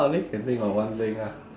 I only can think of one thing ah